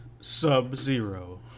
Sub-Zero